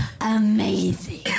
Amazing